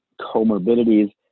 comorbidities